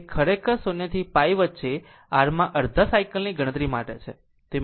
તે ખરેખર 0 થીπ વચ્ચે r માં અડધા સાયકલ ની ગણતરી કરે છે